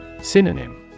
Synonym